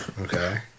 Okay